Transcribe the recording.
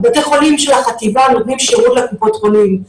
בתי החולים של החטיבה נותנים שירות לקופות החולים,